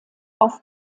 auf